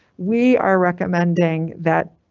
we are recommending that.